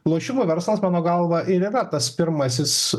lošimų verslas mano galva ir yra tas pirmasis